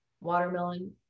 watermelon